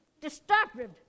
destructive